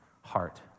heart